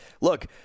look